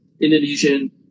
Indonesian